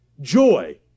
Joy